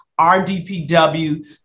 RDPW